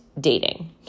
dating